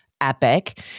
Epic